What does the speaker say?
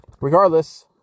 regardless